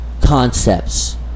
concepts